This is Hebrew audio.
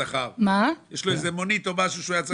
יש לו מונית או משהו.